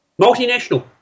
Multinational